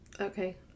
okay